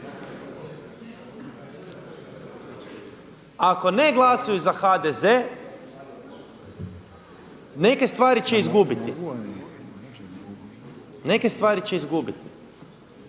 Ako ne glasuju za HDZ neke stvari će izgubiti. I sada dragi